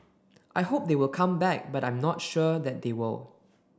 I hope they will come back but I am not sure that they will